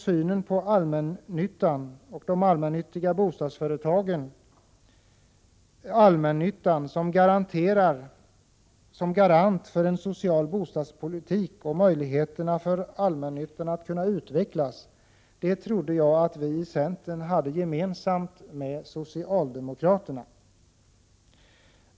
Synen på de allmännyttiga bostadsföretagen, allmännyttan som garant för en social bostadspolitik och möjligheterna för allmännyttan att kunna utvecklas trodde jag att vi i centern hade gemensam med socialdemokraterna.